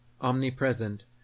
omnipresent